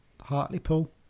Hartlepool